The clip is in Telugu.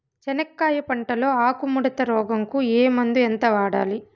చెనక్కాయ పంట లో ఆకు ముడత రోగం కు ఏ మందు ఎంత వాడాలి?